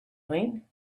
doing